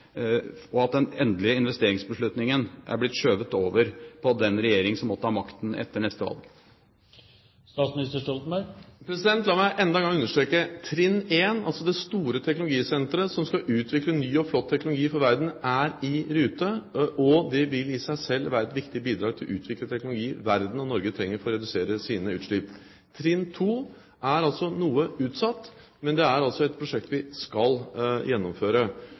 og at den endelige investeringsbeslutningen er blitt skjøvet over på den regjering som måtte ha makten etter neste valg? La meg enda en gang understreke: Trinn 1, altså det store teknologisenteret som skal utvikle ny og flott teknologi for verden, er i rute, og det vil i seg selv være et viktig bidrag til å utvikle teknologier som verden og Norge trenger for å redusere sine utslipp. Trinn 2 er noe utsatt, men det er et prosjekt vi skal gjennomføre.